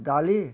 ଡାଲି